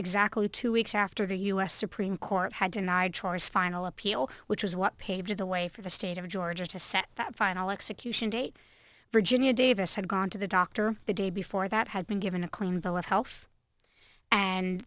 exactly two weeks after the u s supreme court had denied choice final appeal which was what paved the way for the state of georgia to set that final execution date virginia davis had gone to the doctor the day before that had been given a clean bill of health and